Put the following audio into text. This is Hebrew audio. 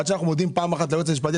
עד שאנחנו מודים פעם אחת לייעוץ המשפטי,